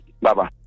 Bye-bye